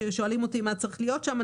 כששואלים אותי מה צריך להיות שם,